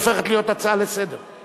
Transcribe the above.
היא הופכת להיות הצעה לסדר-היום.